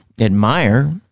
admire